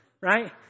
right